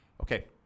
Okay